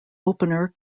opener